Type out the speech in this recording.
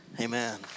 Amen